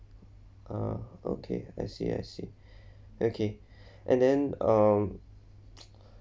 ah okay I see I see okay and then um